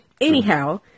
Anyhow